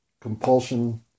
compulsion